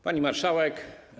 Pani Marszałek!